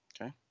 okay